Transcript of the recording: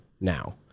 now